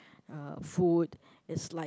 uh food it's like